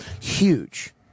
huge